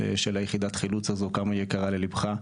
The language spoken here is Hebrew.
של יחידת החילוץ הזאת וכמה היא יקרה לליבך.